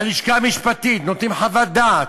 הלשכה המשפטית נותנת חוות דעת,